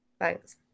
Thanks